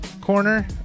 corner